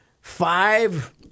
five